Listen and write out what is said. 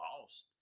lost